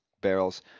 barrels